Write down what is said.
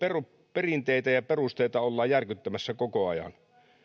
perinteitä ja perusteita ollaan järkyttämässä koko ajan